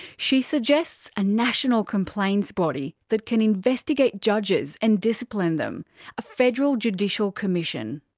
she suggests a national complaints body that can investigate judges and discipline them a federal judicial commission.